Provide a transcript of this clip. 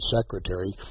Secretary